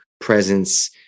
presence